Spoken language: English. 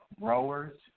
growers